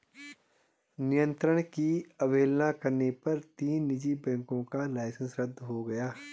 नियंत्रण की अवहेलना करने पर तीन निजी बैंकों का लाइसेंस रद्द हो गया